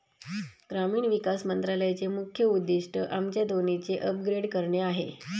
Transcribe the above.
ग्रामीण विकास मंत्रालयाचे मुख्य उद्दिष्ट आमच्या दोन्हीचे अपग्रेड करणे आहे